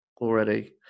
already